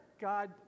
God